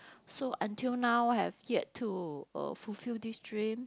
so until now have yet to uh fulfill this dream